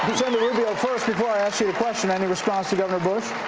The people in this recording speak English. rubio, first before i ask you a question, any response to governor bush?